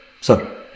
sir